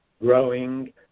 growing